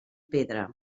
pedra